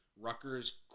Rutgers